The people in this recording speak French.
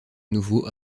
nouveau